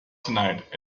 tonight